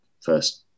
first